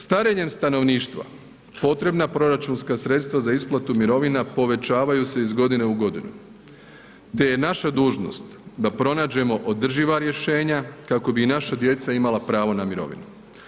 Starenjem stanovništva, potrebna proračunska sredstva za isplatu mirovina povećavaju se iz godine u godinu te je naša dužnost da pronađeno održiva rješenja kako bi i naša djeca imala pravo na mirovinu.